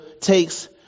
takes